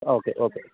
okay okay